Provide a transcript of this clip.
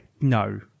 No